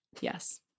yes